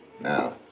Now